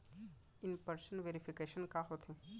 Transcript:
In person verification का होथे?